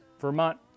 Vermont